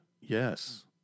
Yes